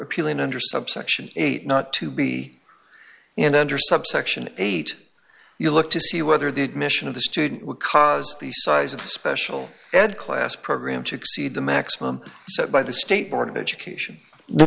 appealing under subsection eight not to be in under subsection eight you look to see whether the admission of the student would cause the size of the special ed class program to exceed the maximum set by the state board of education the